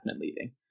leaving